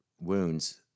wounds